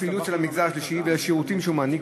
הפעילות של המגזר השלישי ולשירותים שהוא מעניק,